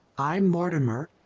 i'm mortimer.